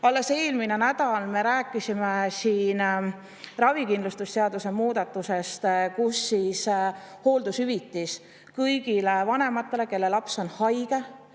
Alles eelmine nädal me rääkisime siin ravikindlustuse seaduse muudatusest, mille järgi hooldushüvitis kõigil vanematel, kelle laps on haige,